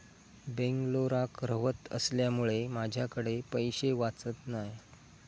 बेंगलोराक रव्हत असल्यामुळें माझ्याकडे पैशे वाचत नाय